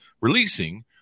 releasing